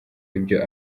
ibyo